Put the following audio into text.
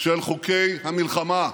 של חוקי המלחמה,